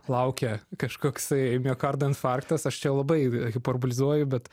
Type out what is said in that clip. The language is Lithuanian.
laukia kažkoksai miokardo infarktas aš čia labai hiperbolizuoju bet